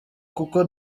kuko